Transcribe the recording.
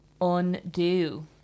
undo